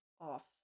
off